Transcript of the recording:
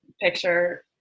picture